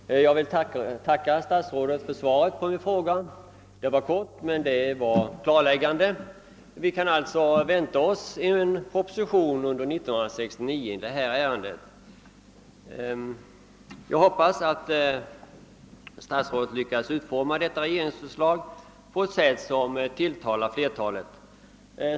Herr talman! Jag ber att få tacka statsrådet för svaret på min fråga. Svaret var kort men klarläggande: vi kan alltså vänta en proposition under år 1969 i detta ärende. Jag hoppas att statsrådet skall lyckas utforma regeringsförslaget på ett sätt som tilltalar flertalet.